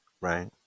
Right